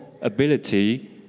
ability